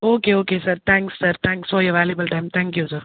okay okay sir thanks sir thanks for your valuable time thank you sir